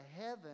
heaven